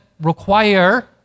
require